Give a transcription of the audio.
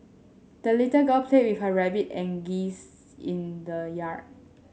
the little girl played with her rabbit and geese in the yard